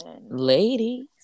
ladies